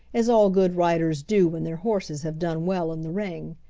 as all good riders do when their horses have done well in the ring.